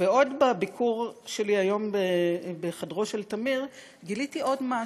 ובביקור שלי היום בחדרו של טמיר גיליתי עוד משהו: